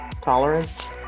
tolerance